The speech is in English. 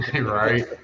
Right